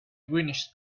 greenish